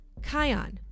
Kion